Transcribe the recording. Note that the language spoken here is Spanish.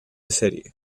serie